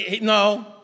no